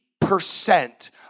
percent